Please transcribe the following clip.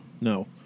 no